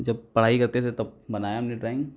जब पढ़ाई करते थे तब बनाया हमने ड्राइंग